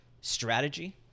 strategy